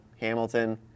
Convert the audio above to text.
Hamilton